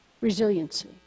Resiliency